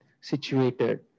situated